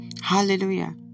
Hallelujah